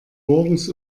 morgens